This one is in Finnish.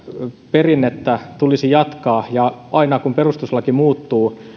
perinnettä tulisi jatkaa ja aina kun perustuslaki muuttuu